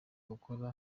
gukora